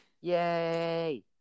Yay